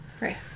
Right